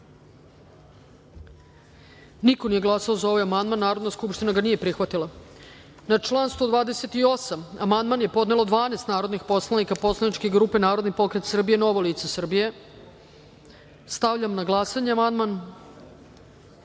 niko nije glasao za ovaj amandman. Narodna skupština ga nije prihvatila. Na član 107. amandman je podnelo 12 narodnih poslanika poslaničke grupe Narodni pokret Srbije-Novo lice Srbije. Stavljam na glasanje. Zaključujem